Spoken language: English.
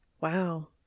Wow